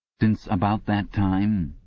since about that time,